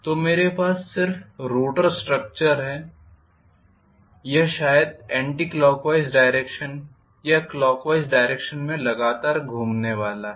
तो मेरे पास सिर्फ रोटर स्ट्रक्चर है यह शायद एंटीक्लॉकवाइज डाइरेक्षन या क्लॉकवाइज डाइरेक्षन में लगातार घूमने वाला है